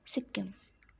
Sikkim